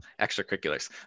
extracurriculars